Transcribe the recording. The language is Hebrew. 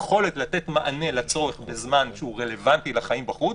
היכולת לתת מענה לצורך בזמן שהוא רלוונטי לחיים בחוץ,